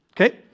okay